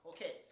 Okay